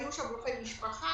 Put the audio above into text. היו שם רופאי משפחה,